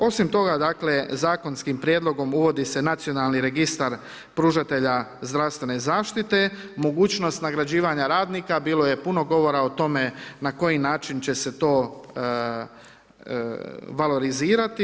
Osim toga dakle, zakonskim prijedlogom uvodi se nacionalni registar pružatelja zdravstvene zaštite, mogućnost nagrađivanja radnika, bilo je puno govora o tome, na koji način će se to valorizirati.